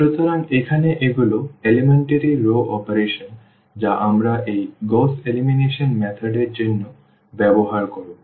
সুতরাং এখানে এগুলো এলিমেন্টারি রও অপারেশন যা আমরা এই গউস এলিমিনেশন পদ্ধতির জন্য ব্যবহার করব